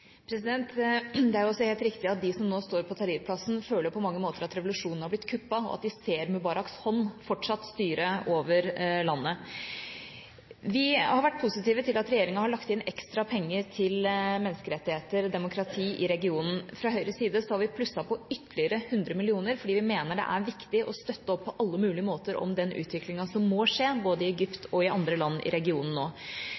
Det er også helt riktig at de som nå står på Tahrir-plassen, på mange måter føler at revolusjonen har blitt kuppet, og at de fortsatt ser Mubaraks hånd styre over landet. Vi har vært positive til at regjeringa har lagt inn ekstra penger til menneskerettigheter og demokrati i regionen. Fra Høyres side har vi plusset på ytterligere 100 mill. kr fordi vi mener at det er viktig på alle mulige måter å støtte opp om den utviklingen som må skje, både i